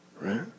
right